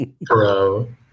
Bro